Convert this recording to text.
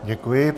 Děkuji.